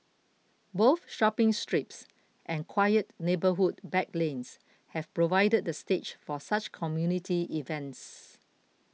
both shopping strips and quiet neighbourhood back lanes have provided the stage for such community events